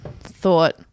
thought